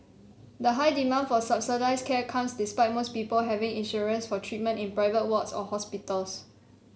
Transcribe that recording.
the high demand for subsidised care comes despite most people having insurance for treatment in private wards or hospitals